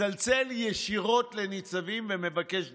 מצלצל ישירות לניצבים ומבקש דוחות.